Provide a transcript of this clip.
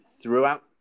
throughout